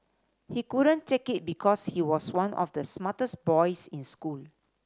he couldn't take it because he was one of the smartest boys in school